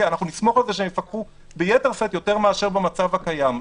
אנחנו נשמור שהן יפקחו ביתר שאת יותר מאשר במצב הקיים.